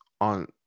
on